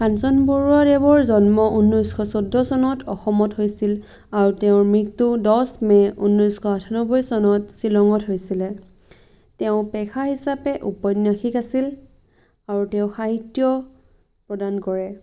কাঞ্চন বৰুৱাদেৱৰ জন্ম ঊনৈছশ চৈধ্য চনত অসমত হৈছিল আৰু তেওঁৰ মৃত্যু দহ মে ঊনৈছশ আঠানব্বৈ চনত শ্বিলঙত হৈছিলে তেওঁৰ পেশা হিচাপে ঔপন্যাসিক আছিল আৰু তেওঁ সাহিত্য প্ৰদান কৰে